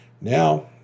now